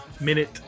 minute